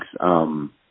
thanks